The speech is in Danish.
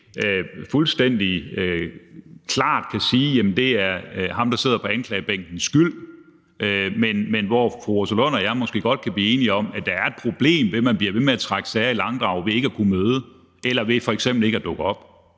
fuldstændig klart kan siges, at det er ham, der sidder på anklagebænkens skyld. Men fru Rosa Lund og jeg kan måske godt blive enige om, at der er et problem, ved at man bliver ved med at trække sager i langdrag ved ikke at kunne møde eller ved f.eks. ikke at dukke op.